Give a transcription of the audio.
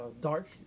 dark